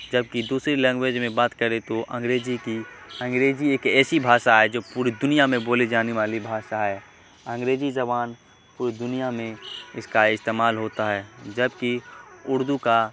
جبکہ دوسری لینگویج میں بات کرے تو انگریزی کی انگریزی ایک ایسی بھاشا ہے جو پوری دنیا میں بولی جانے والی بھاشا ہے انگریزی زبان پوری دنیا میں اس کا استعمال ہوتا ہے جبکہ اردو کا